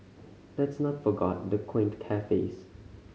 let's not forgot the quaint cafes